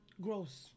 Gross